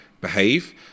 behave